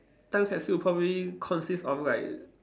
time capsule will probably consists of like